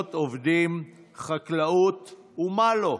זכויות עובדים, חקלאות ומה לא.